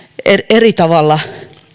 eri tavalla